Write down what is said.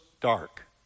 dark